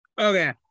Okay